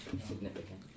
significant